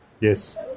Yes